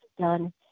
done